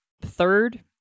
third